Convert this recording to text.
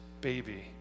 baby